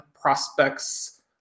prospects